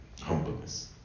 humbleness